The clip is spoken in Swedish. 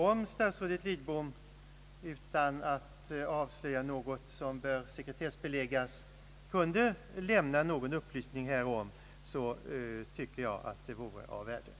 Om statsrådet Lidbom utan att avslöja något som bör sekretessbeläggas kunde lämna någon upplysning härom, så anser jag att det vore av värde.